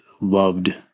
loved